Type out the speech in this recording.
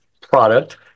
product